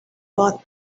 but